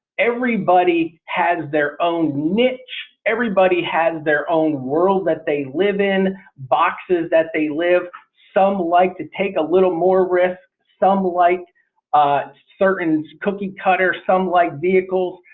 everybody has their own niche. everybody has their own world that they live in boxes that they live. some like to take a little more risk. some like certain cookie-cutter some like vehicles.